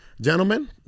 Gentlemen